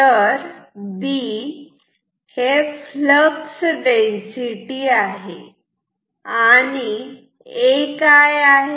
तर B flux density आहे आणि A काय आहे